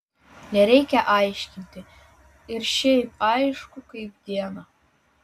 nereikia aiškinti ir šiaip aišku kaip dieną